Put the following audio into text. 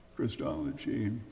Christology